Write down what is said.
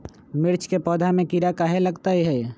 मिर्च के पौधा में किरा कहे लगतहै?